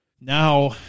now